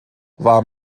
war